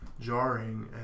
jarring